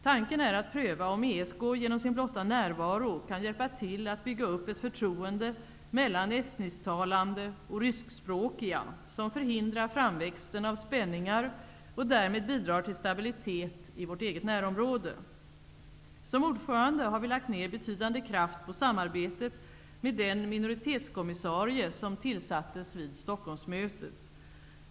Tanken är att pröva om ESK genom sin blotta närvaro kan hjälpa till att bygga upp ett förtroende mellan estnisktalande och ryskspråkiga, som förhindrar framväxten av spänningar och därmed bidrar till stabilitet i vårt eget närområde. Som ordförande har vi lagt ned betydande kraft på samarbetet med den minoritetskommissarie som tillsattes vid Stockholmsmötet.